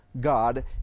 God